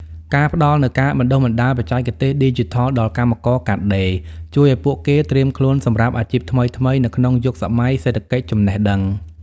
ការផ្តល់នូវការបណ្តុះបណ្តាលបច្ចេកទេសឌីជីថលដល់កម្មករកាត់ដេរ ជួយឱ្យពួកគេត្រៀមខ្លួនសម្រាប់អាជីពថ្មីៗនៅក្នុងយុគសម័យសេដ្ឋកិច្ចចំណេះដឹង។